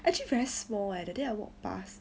actually very small eh that day I walk past